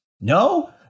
No